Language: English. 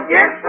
Yes